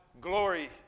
glory